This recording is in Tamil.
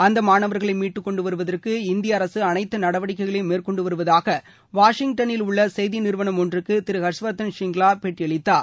அந்த மாணவர்களை மீட்டு கொண்டுவருவதற்கு இந்திய அரசு அனைத்து நடவடிக்கைகளையும் மேற்கொண்டு வருவதாக வாஷிங்டனில் உள்ள செய்தி நிறுவனம் ஒன்றுக்கு திரு ஹர்ஷ்வர்தன் சிங்லா பேட்டியளித்துள்ளார்